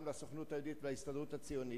גם לסוכנות היהודית ולהסתדרות הציונית.